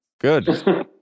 Good